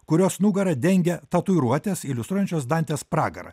kurios nugarą dengia tatuiruotės iliustruojančios dantės pragarą